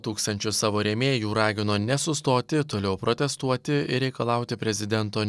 tūkstančius savo rėmėjų ragino nesustoti toliau protestuoti reikalauti prezidento